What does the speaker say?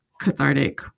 cathartic